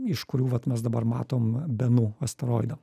iš kurių vat mes dabar matom benu asteroidą